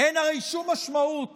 אין הרי שום משמעות